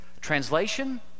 Translation